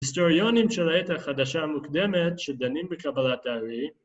‫היסטוריונים של העת החדשה המוקדמת, ‫שדנים בקבלת הארי.